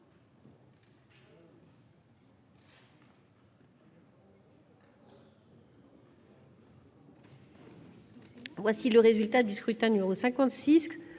Voici le résultat du scrutin numéro 56